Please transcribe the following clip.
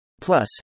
Plus